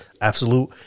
Absolute